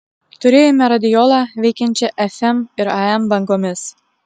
turėjome radiolą veikiančią fm ir am bangomis